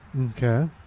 Okay